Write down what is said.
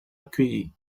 accueilli